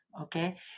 Okay